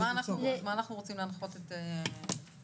מה אנחנו רוצים להנחות את המשרד?